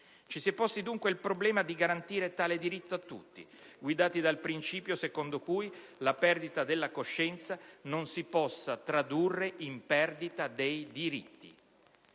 Ci si è posti dunque il problema di garantire tale diritto a tutti, guidati dal principio secondo cui la perdita della coscienza non si possa tradurre in perdita dei diritti.